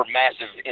massive